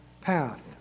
path